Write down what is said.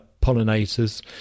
pollinators